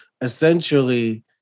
essentially